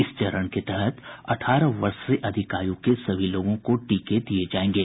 इस चरण के तहत अठारह वर्ष से अधिक आयु के सभी लोगों को टीके दिये जायेंगे